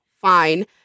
fine